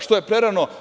Što je prerano?